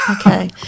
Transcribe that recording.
okay